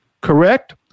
Correct